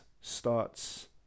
starts